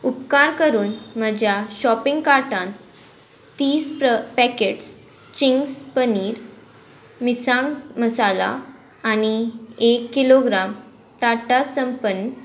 उपकार करून म्हज्या शॉपिंग कार्टान तीस पॅकेट्स चिंग्स पनीर मिरसांग मसाला आनी एक किलोग्राम टाटा संपन्न